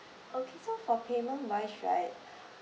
okay so for payment wise right